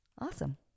Awesome